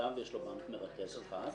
למוטב יש בנק מרכז אחד.